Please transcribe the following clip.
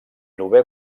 novè